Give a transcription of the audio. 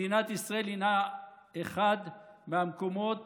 מדינת ישראל הינה אחד מהמקומות